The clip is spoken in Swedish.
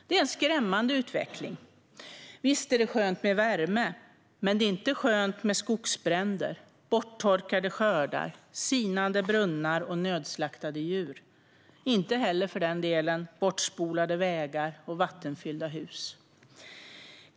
Det är en skrämmande utveckling. Visst är det skönt med värme. Men det är inte skönt med skogsbränder, borttorkade skördar, sinande brunnar och nödslaktade djur och inte heller, för den delen, med bortspolade vägar och vattenfyllda hus.